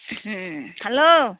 hello